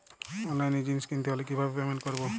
অনলাইনে জিনিস কিনতে হলে কিভাবে পেমেন্ট করবো?